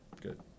Good